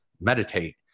meditate